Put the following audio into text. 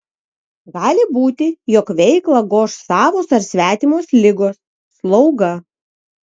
gali būti jog veiklą goš savos ar svetimos ligos slauga